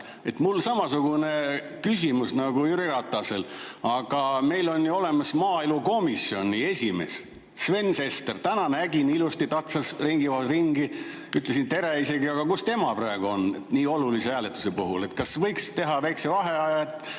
Mul on samasugune küsimus nagu Jüri Ratasel. Meil on ju olemas maaelukomisjoni esimees Sven Sester. Täna nägin, ilusti tatsas siin ringi, ütlesin tere isegi. Kus tema praegu on nii olulise hääletuse puhul? Kas võiks teha väikese vaheaja,